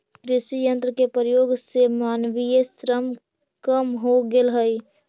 कृषि यन्त्र के प्रयोग से मानवीय श्रम कम हो गेल हई